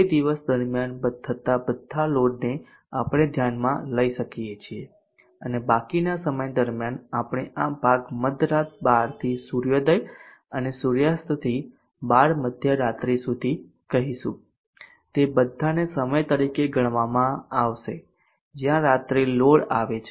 તે દિવસ દરમ્યાન થતાં બધા લોડને આપણે ધ્યાનમાં લઈ શકીએ છીએ અને બાકીના સમય દરમિયાન આપણે આ ભાગ મધરાત 12 થી સૂર્યોદય અને સૂર્યાસ્તથી 1200 મધ્યરાત્રિ સુધી કહીશું તે બધાને સમય તરીકે ગણવામાં આવશે જ્યાં રાત્રે લોડ આવે છે